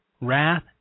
wrath